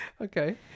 Okay